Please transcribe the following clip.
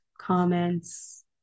comments